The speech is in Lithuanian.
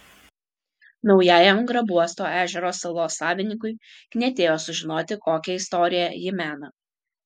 naujajam grabuosto ežero salos savininkui knietėjo sužinoti kokią istoriją ji mena